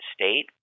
state